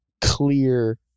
clear